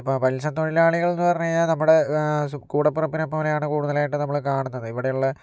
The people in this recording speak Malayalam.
അപ്പോൾ മത്സ്യ തൊഴിലാളികൾന്ന് പറഞ്ഞ് കഴിഞ്ഞാൽ നമ്മുടെ കൂടെ പിറപ്പിനെ പോലെയാണ് കൂടുതലായിട്ടും നമ്മള് കാണുന്നത് ഇവിടെയുള്ള